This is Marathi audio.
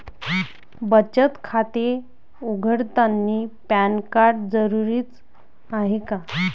बचत खाते उघडतानी पॅन कार्ड जरुरीच हाय का?